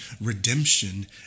redemption